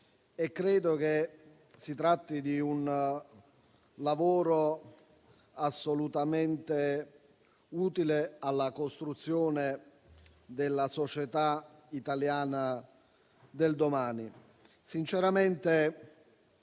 Credo si tratti di un lavoro assolutamente utile alla costruzione della società italiana del domani.